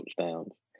touchdowns